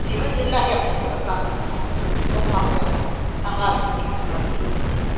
ਜੀਵਨ ਲੀਲਾ ਹੀ ਆਪਣੀ ਖਤਮ ਕਰ ਲੈਂਦਾ ਹੈ ਤਾਂ ਉਹ ਮਾਪਿਆਂ ਦਾ ਤਾਂ ਹਾਲਤ ਦੇਖਣ ਵਾਲੀ ਹੀ ਹੁੰਦੀ ਹੈ